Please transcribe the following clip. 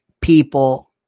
people